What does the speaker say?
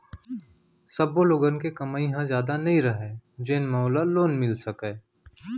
सब्बो लोगन के कमई ह जादा नइ रहय जेन म ओला लोन मिल सकय